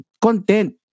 Content